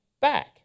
back